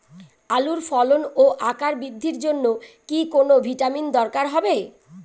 আলুর ফলন ও আকার বৃদ্ধির জন্য কি কোনো ভিটামিন দরকার হবে?